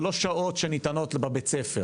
אלה לא שעות שניתנות בבית-הספר?